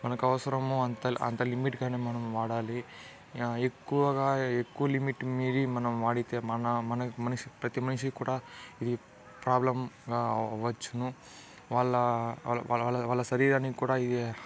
మనకు అవసరమో అంత అంత లిమిట్గా మనం వాడాలి ఎక్కువగా ఎక్కువ లిమిట్ మీరి మనం వాడితే మన మన మనిషి ప్రతి మనిషి కూడా ఈ ప్రాబ్లెమ్గా అవ్వచ్చును వాళ్ళ వాళ్ళ వాళ్ళ శరీరానికి కూడా ఇది